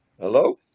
Hello